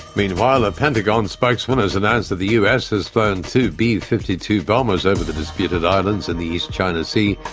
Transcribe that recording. meanwhile a pentagon spokesman has announced that the us has flown two b fifty two bombers over the disputed islands in the east china sea,